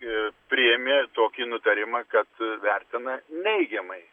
ir priėmė tokį nutarimą kad vertina neigiamai